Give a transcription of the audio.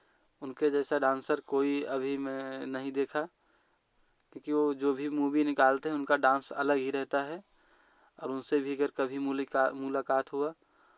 उनके जैसा डांसर कोई अभी मैं नहीं देखा क्योंकि वह जो भी मूवी निकालते हैं उनका डांस अलग ही रहता है और उनसे भी अगर कभी मुलिकात मुलाकात हुआ